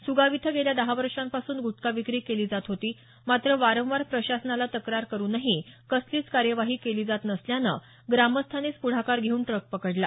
सुगाव इथं गेल्या दहा वर्षांपासून गुटखा विक्री केली जात होती मात्र वारंवार प्रशासनाला तक्रारी करूनही कसलीच कार्यवाही केली जात नसल्यानं ग्रामस्थांनीच पुढाकार घेऊन ट्रक पकडला